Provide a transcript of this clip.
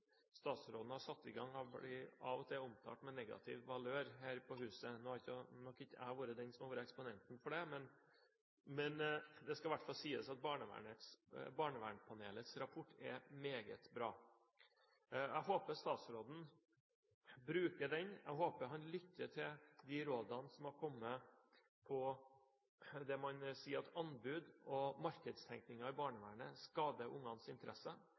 statsråden har satt i gang, omtalt med negativ valør her på huset. Nå har nok ikke jeg vært den som har vært eksponenten for det. Men det skal i hvert fall sies at Barnevernpanelets rapport er meget bra, og jeg håper statsråden bruker den. Jeg håper han lytter til de rådene som er kommet, der man sier at anbud og markedstenkningen i barnevernet skader ungenes interesser.